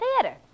Theater